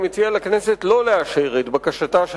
אני מציע לכנסת לא לאשר את בקשתה של